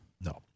No